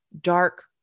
dark